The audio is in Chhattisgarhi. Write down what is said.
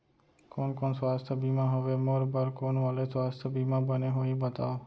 कोन कोन स्वास्थ्य बीमा हवे, मोर बर कोन वाले स्वास्थ बीमा बने होही बताव?